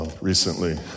Recently